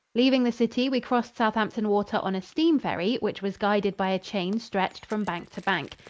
leaving the city, we crossed southampton water on a steam ferry which was guided by a chain stretched from bank to bank.